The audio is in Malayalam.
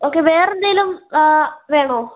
ഓക്കെ വേറെയെന്തെങ്കിലും വേണോ